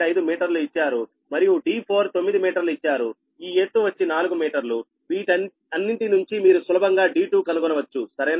5 మీటర్లు ఇచ్చారు మరియు d4 9 మీటర్లు ఇచ్చారు ఈ ఎత్తు వచ్చి నాలుగు మీటర్లు వీటన్నింటి నుంచి మీరు సులభంగా d2 కనుగొనవచ్చు సరేనా